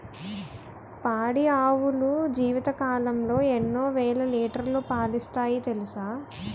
పాడి ఆవులు జీవితకాలంలో ఎన్నో వేల లీటర్లు పాలిస్తాయి తెలుసా